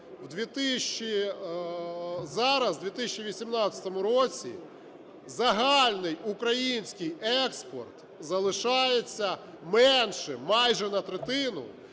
зараз, в 2018 році, загальний український експорт залишається менше майже на третину